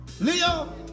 Leo